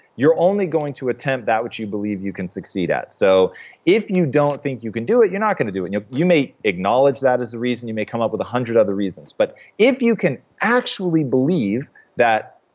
you're only going to attempt that which you believe you can succeed at. so if you don't think you can do it, you're not gonna do and it. you may acknowledge that as the reason. you may come up with one hundred other reasons, but if you can actually believe that.